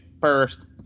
first